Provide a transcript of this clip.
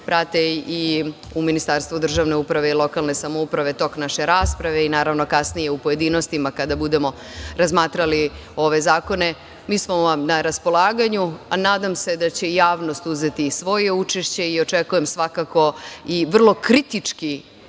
prate i u Ministarstvu državne uprave i lokalne samouprave tok naše rasprave i kasnije u pojedinostima kada budemo razmatrali ove zakone, mi smo vam na raspolaganju. Nadam se da će i javnost uzeti svoje učešće. Očekujem svakako i vrlo kritički